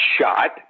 shot